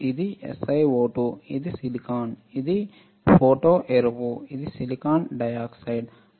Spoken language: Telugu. ఇది SiO2 ఇది సిలికాన్ ఇది ఫోటో ఎరుపు ఇది సిలికాన్ డయాక్సైడ్